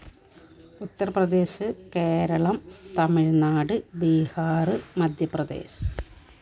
Uttar Pradesh Keralam Tamil Nadu Bihar Madhya Pradesh